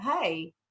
hey